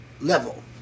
level